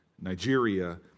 Nigeria